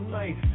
night